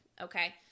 Okay